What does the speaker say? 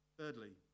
Thirdly